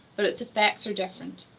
but its effects are different.